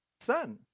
son